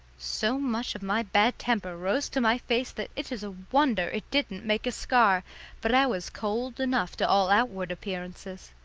so much of my bad temper rose to my face that it is a wonder it didn't make a scar but i was cold enough to all outward appearances.